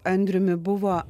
andriumi buvo